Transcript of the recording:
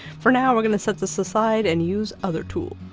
for now, we're going to set this aside and use other tools.